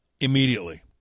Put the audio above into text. immediately